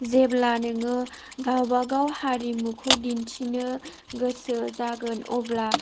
जेब्ला नोङो गावबागाव हारिमुखौ दिन्थिनो गोसो जागोन अब्ला